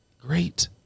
great